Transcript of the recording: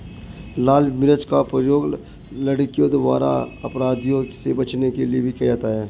लाल मिर्च का प्रयोग लड़कियों द्वारा अपराधियों से बचने के लिए भी किया जाता है